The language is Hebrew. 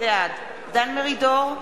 בעד דן מרידור,